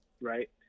right